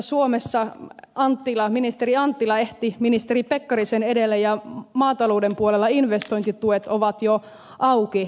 itse asiassa suomessa ministeri anttila ehti ministeri pekkarisen edelle ja maatalouden puolella investointituet ovat jo auki